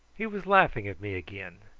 he was laughing at me again.